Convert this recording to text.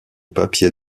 papier